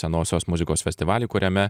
senosios muzikos festivalį kuriame